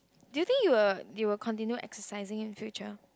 do you think you will you will continue exercising in future